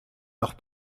leurs